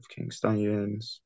Kingstonians